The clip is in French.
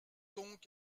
donc